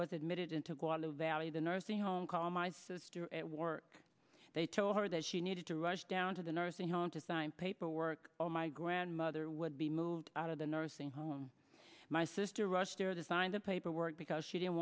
was admitted into go on the valley the nursing home call my sister at work they told her that she needed to rush down to the nursing home to sign paperwork for my grandmother would be moved out of the nursing home my sister rushed there to sign the paperwork because she didn't